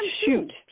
Shoot